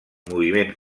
moviment